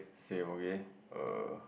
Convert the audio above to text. say okay err